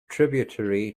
tributary